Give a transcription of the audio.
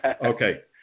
Okay